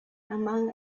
among